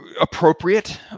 appropriate